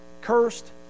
cursed